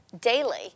daily